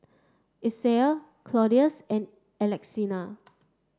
Isaiah Claudius and Alexina